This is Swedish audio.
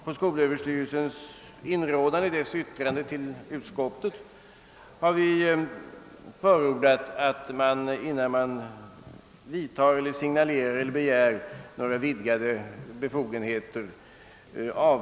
På skolöverstyrelsens inråden i dess yttrande till utskottet har vi förordat ett avvaktande av ytterligare erfarenheter innan man begär vidgade befogenheter.